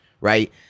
right